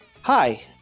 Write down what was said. Hi